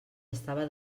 estava